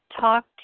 talk